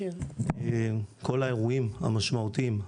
כל האירועים המשמעותיים,